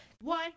One